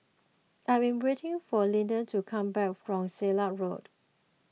I am waiting for Lethia to come back from Silat Road